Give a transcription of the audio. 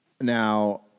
Now